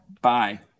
Bye